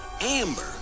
Amber